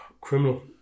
Criminal